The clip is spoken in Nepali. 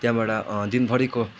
त्यहाँबाट दिनभरिको